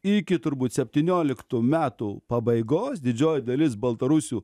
iki turbūt septynioliktų metų pabaigos didžioji dalis baltarusių